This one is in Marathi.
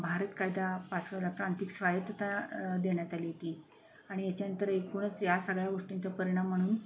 भारत कायदा प्रांतीक स्वायत्तता देण्यात आली होती आणि याच्यानंतर एकूणच या सगळ्या गोष्टींचा परिणाम म्हणून